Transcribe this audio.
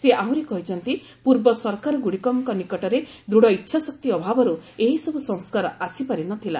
ସେ ଆହୁରି କହିଛନ୍ତି ପୂର୍ବ ସରକାରଗୁଡ଼ିକଙ୍କ ନିକଟରେ ଦୂଢ଼ ଇଚ୍ଛାଶକ୍ତି ଅଭାବରୁ ଏହିସବୁ ସଂସ୍କାର ଆସିପାରି ନ ଥିଲା